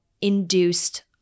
induced